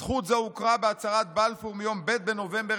זכות זו הוכרה בהצהרת בלפור מיום ב' בנובמבר